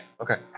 Okay